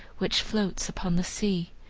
which floats upon the sea.